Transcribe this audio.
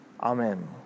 Amen